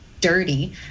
dirty